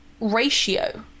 ratio